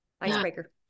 Icebreaker